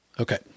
Okay